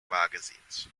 magazines